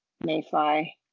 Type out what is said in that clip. mayfly